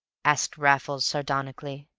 asked raffles sardonically.